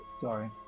Sorry